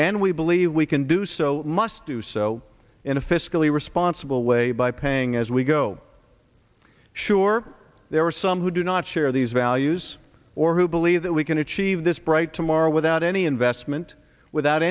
and we believe we can do so must do so in a fiscally responsible way by paying as we go sure there are some who do not share these values or who believe that we can achieve this bright tomorrow without any investment without